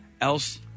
else